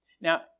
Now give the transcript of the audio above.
Now